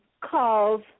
calls